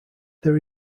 there